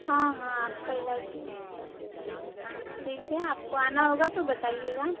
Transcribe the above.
हाँ हाँ आपका इलाज हो जायेगा ठीक है आपको आना होगा तो बताइयेगा